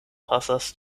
pasas